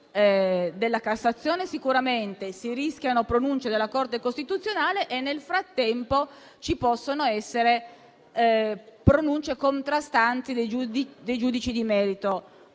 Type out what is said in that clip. di cassazione e se ne rischiano anche altre della Corte costituzionale. Nel frattempo, ci possono essere pronunce contrastanti dei giudici di merito.